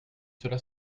cela